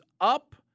up